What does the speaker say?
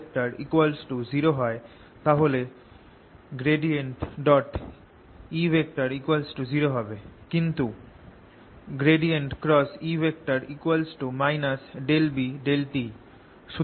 যদি r0 হয় তাহলে E 0 হবে কিন্তু ∂B∂t